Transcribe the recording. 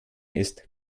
ist